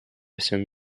всем